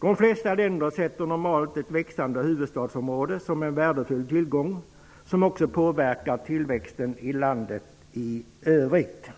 De flesta länder ser normalt ett växande huvudstadsområde som en värdefull tillgång som också påverkar tillväxten i landet i övrigt.